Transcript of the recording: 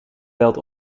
veld